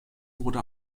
wurde